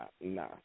nah